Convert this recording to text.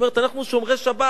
היא אומרת: אנחנו שומרי שבת,